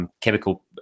Chemical